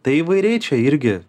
tai įvairiai čia irgi